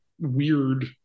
weird